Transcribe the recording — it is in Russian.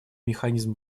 механизм